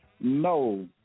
No